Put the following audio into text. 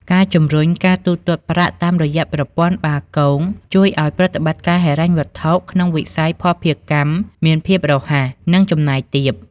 ការជំរុញការទូទាត់ប្រាក់តាមរយៈ "ប្រព័ន្ធបាគង" ជួយឱ្យប្រតិបត្តិការហិរញ្ញវត្ថុក្នុងវិស័យភស្តុភារកម្មមានភាពរហ័ស និងចំណាយទាប។